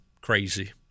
crazy